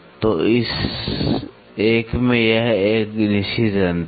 तो इस एक में यह एक निश्चित अंत है